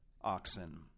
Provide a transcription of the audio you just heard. oxen